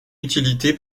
utilité